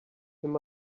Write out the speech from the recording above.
him